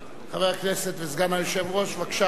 חבר הכנסת, סגן היושב-ראש, בבקשה.